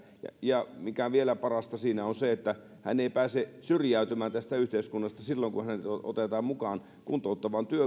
ja vielä mikä siinä on parasta siinä on se että hän ei pääse syrjäytymään tästä yhteiskunnasta silloin kun hänet otetaan mukaan kuntouttavaan